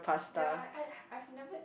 ya I I've never